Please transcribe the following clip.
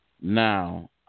now